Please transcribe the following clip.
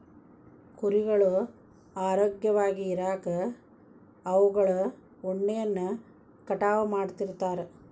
ಕುರಿಗಳು ಆರೋಗ್ಯವಾಗಿ ಇರಾಕ ಅವುಗಳ ಉಣ್ಣೆಯನ್ನ ಕಟಾವ್ ಮಾಡ್ತಿರ್ತಾರ